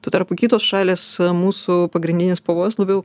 tuo tarpu kitos šalys mūsų pagrindinis pavojus labiau